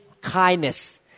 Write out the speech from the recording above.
kindness